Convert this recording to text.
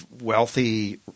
wealthy